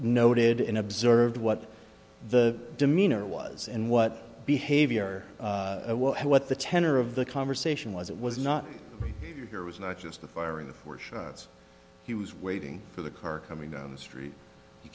noted in observed what the demeanor was and what behavior what the tenor of the conversation was it was not there was not just the firing of four shots he was waiting for the car coming down the street you